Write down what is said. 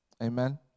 Amen